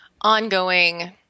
ongoing